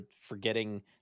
forgetting